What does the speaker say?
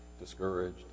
discouraged